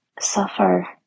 suffer